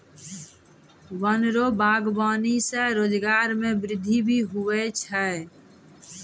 वन रो वागबानी से रोजगार मे वृद्धि भी हुवै छै